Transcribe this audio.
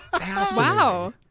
Wow